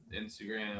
Instagram